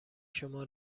شما